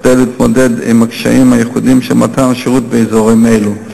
כדי להתמודד עם הקשיים הייחודיים של מתן השירות באזורים אלו.